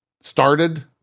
started